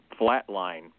flatline